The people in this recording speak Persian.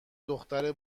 دختر